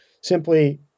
simply